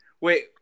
wait